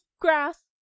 grass